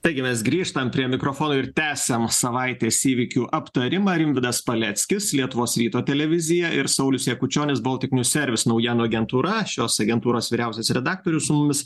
taigi mes grįžtam prie mikrofono ir tęsiam savaitės įvykių aptarimą rimvydas paleckis lietuvos ryto televizija ir saulius jakučionis boltik nju servis naujienų agentūra šios agentūros vyriausias redaktorius su mumis